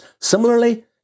Similarly